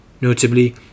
Notably